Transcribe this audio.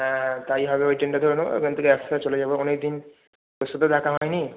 হ্যাঁ তাই হবে ওই ট্রেনটা ধরে নেব ওখান থেকে একসাথে চলে যাব অনেক দিন তোর সাথে দেখা হয়নি